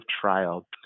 trial